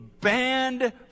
banned